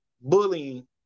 bullying